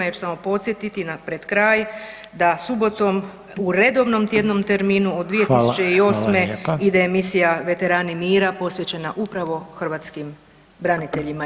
Ja ću samo podsjetiti pred kraj da subotom u redovnom tjednom terminu od [[Upadica Reiner: Hvala.]] 2008.ide emisija „Veterani mira“ posvećena upravo hrvatskim braniteljima.